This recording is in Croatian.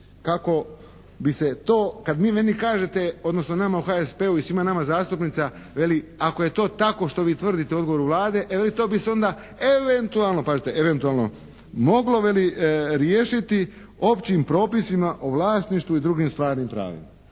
kako bi se to. Kad vi meni kažete, odnosno nama u HSP-u i svima nama zastupnicima veli ako je to tako što vi tvrdite odgovor u Vlade to bi se onda eventualno, pazite eventualno moglo veli riješiti općim propisima o vlasništvu i drugim stvarnim pravima.